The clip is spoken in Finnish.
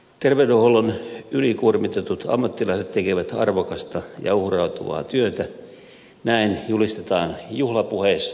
terveydenhuollon ylikuormitetut ammattilaiset tekevät arvokasta ja uhrautuvaa työtä näin julistetaan juhlapuheissa